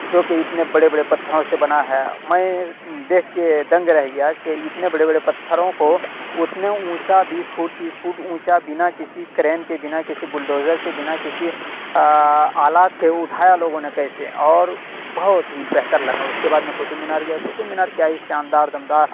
جوکہ اتنے بڑے بڑے پتھروں سے بنا ہے میں دیکھ کے دنگ رہ گیا کہ اتنے بڑے بڑے پتھروں کو اتنے اونچا بیس فٹ تیس فٹ اونچا بنا کسی کرین کے بنا کسی بلڈوزر کے بنا کسی آلات کے اٹھایا لوگوں نے کیسے اور بہت ہی بہتر لگا اس کے بعد میں قطب مینار گیا قطب مینار کیا ہی شاندار بندہ